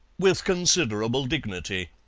with considerable dignity.